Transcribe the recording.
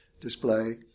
display